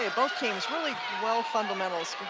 ah both teams really well fundamentals,